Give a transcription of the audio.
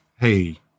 hey